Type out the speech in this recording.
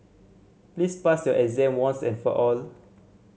please pass your exam once and for all